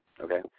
okay